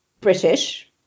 British